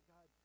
God